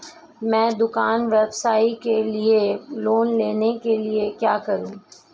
मैं दुकान व्यवसाय के लिए लोंन लेने के लिए क्या करूं?